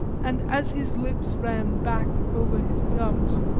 and as his lips ran back over his gums,